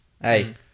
Hey